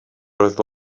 roedd